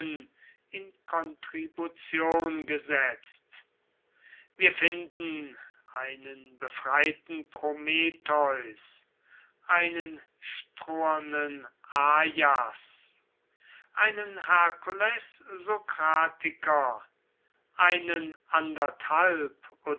in kontribution gesetzt wir finden einen befreiten prometheus einen strohernen aias einen herkules sokratiker einen